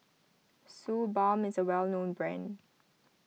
Suu Balm is a well known brand